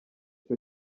cyo